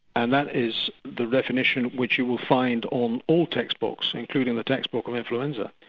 and that is the definition which you will find on all text books, including the text book of influenza,